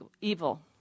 evil